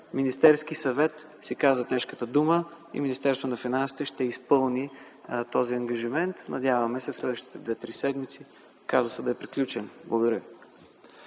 Министерският съвет си каза тежката дума и Министерството на финансите ще изпълни този ангажимент. Надяваме се в следващите 2-3 седмици казусът да е приключен. Благодаря